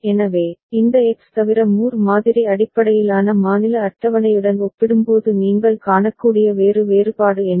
எனவே இந்த எக்ஸ் தவிர மூர் மாதிரி அடிப்படையிலான மாநில அட்டவணையுடன் ஒப்பிடும்போது நீங்கள் காணக்கூடிய வேறு வேறுபாடு என்ன